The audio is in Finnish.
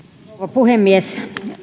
puhemies